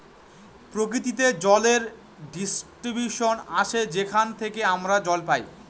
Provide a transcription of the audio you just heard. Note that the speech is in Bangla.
প্রকৃতিতে জলের ডিস্ট্রিবিউশন আসে যেখান থেকে আমরা জল পাই